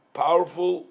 powerful